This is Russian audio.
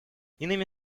иными